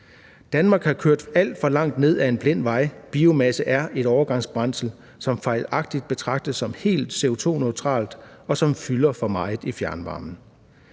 Danmark har kørt alt for langt ned ad en blind vej. Biomasse er et overgangsbrændsel, som fejlagtigt betragtes som helt CO2-neutralt, og som fylder for meget i fjernvarmesektoren.